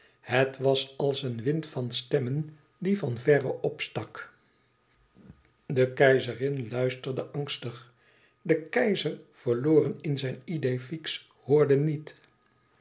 het was als een wind van stemmen die van verre opstak de keizerin luisterde angstig de keizer verloren in zijn idee fixe hoorde niet